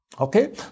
Okay